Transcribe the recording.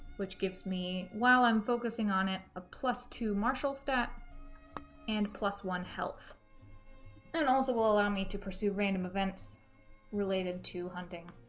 which gives me while i'm focusing on it a plus two marshall stat and plus one health and also will allow me to pursue random events related to hunting